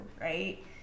right